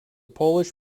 polish